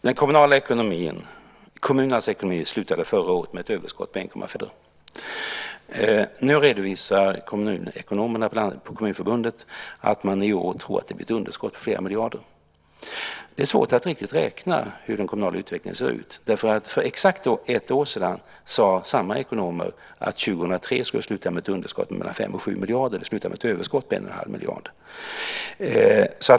Fru talman! Kommunernas ekonomi slutade förra året med ett överskott på 1,5 miljarder. Nu redovisar kommunekonomerna på Kommunförbundet att man tror att det i år blir ett underskott på flera miljarder. Det är svårt att riktigt räkna hur den kommunala utvecklingen ser ut. För exakt ett år sedan sade samma ekonomer att 2003 skulle sluta med ett underskott på mellan 5 och 7 miljarder. Det slutade med ett överskott på 1,5 miljarder.